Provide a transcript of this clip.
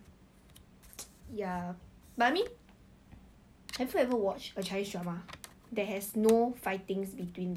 what's the show ah the girlfriend is different is different I watch one episode